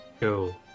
go